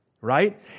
Right